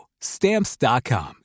stamps.com